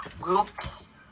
groups